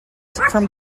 from